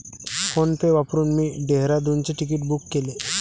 PhonePe वापरून मी डेहराडूनचे तिकीट बुक केले